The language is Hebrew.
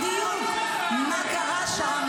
----- על מנת לדעת בדיוק מה קרה שם